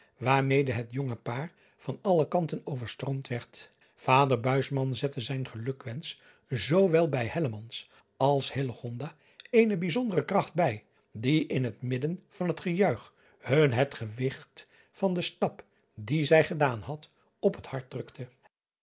waarmede het jonge paar van alle kanten overstroomd werd ader zette zijn gelukwensch zoo wel bij als eene bijzondere kracht bij die in het midden van het gejuich hun het gewigt van den stap dien zij gedaan had op het hart drukte